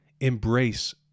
embrace